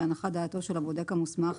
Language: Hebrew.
להנחת דעתו של הבודק המוסמך,